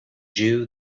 jew